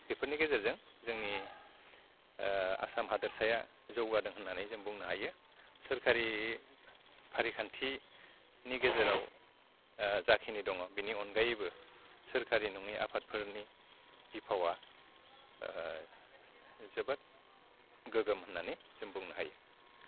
बेफोरनि गेजेरजों जोंनि आसाम हादोरसाया जौगादों होननानै जों बुंनो हायो सोरखारि फारिखन्थिनि गेजेराव जाखिनि दङ बिनि अगायैबो सोरखारि नङि आफादफोरनि बिफावआ जोबोद गोगोम होननानै जों बुंनो हायो